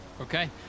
Okay